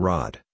Rod